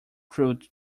through